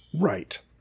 Right